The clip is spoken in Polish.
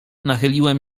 nachyliłem